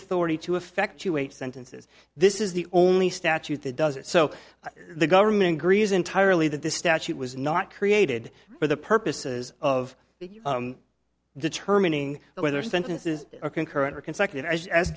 authority to effect to eight sentences this is the only statute that does it so the government agrees entirely that the statute was not created for the purposes of determining whether sentences are concurrent or consecutive as